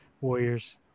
Warriors